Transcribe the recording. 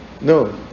no